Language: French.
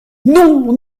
non